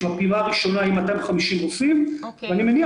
שהפעימה הראשונה היא 250 רופאים ואני מניח